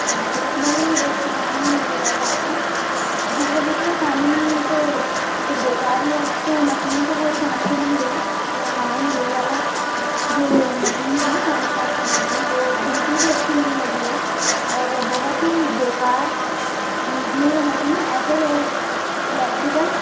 हाँ तो उसमें भी कीटाणु रह जाते हैं जिस वजह से वह पानी तो फ़िर बेकार ही है तो मसीन तो कोई काम की नहीं रही है तो हमें यह वाली जो मसीन थी पानी साफ़ करने की वह बिल्कुल भी अच्छी नहीं लगी है और बहुत ही बेकार निकली वह मसीन ऐसे इलेक्ट्रिकल